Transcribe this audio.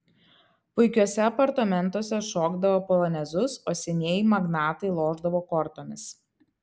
puikiuose apartamentuose šokdavo polonezus o senieji magnatai lošdavo kortomis